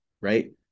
right